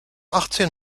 achtzehn